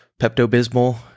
Pepto-Bismol